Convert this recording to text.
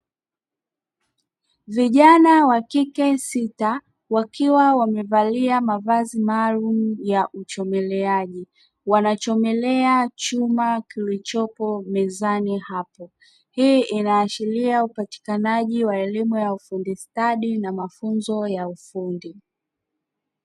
Vijana wa kike sita wakiwa wamevalia mavazi maalumu ya uchomeleaji, wanachomelea vuma kilichopo mezani hapo. Hii inaashiria upatikanaji wa elimu ya ufundi stadi na mafunzo ya ufundi.